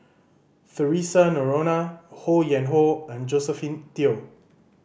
Theresa Noronha Ho Yuen Hoe and Josephine Teo